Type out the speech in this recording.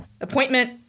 appointment